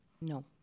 No